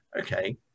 okay